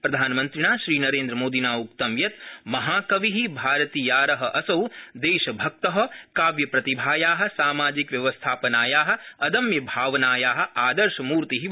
प्रधानमन्त्रिणा श्रीनरेन्द्रमोदिना उक्तं यत् महाकवि भारतीयार असौ देशभक्त काव्यप्रतिभाया सामाजिकव्यवस्थापनाया अदम्यभावनाया आदर्शमूर्ति वर्तते